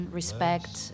respect